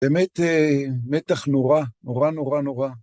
באמת מתח נורא, נורא נורא נורא.